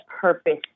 purpose